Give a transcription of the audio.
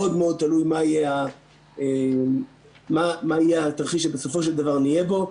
מאוד מאוד תלוי במה יהיה התרחיש שבסופו של דבר נהיה בו.